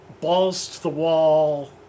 balls-to-the-wall